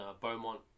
Beaumont